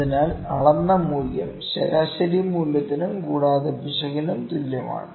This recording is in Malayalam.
അതിനാൽ അളന്ന മൂല്യം ശരാശരി മൂല്യത്തിനും കൂടാതെ പിശകിനും തുല്യമാണ്